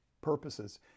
purposes